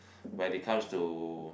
when it comes to